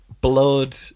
blood